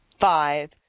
five